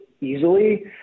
easily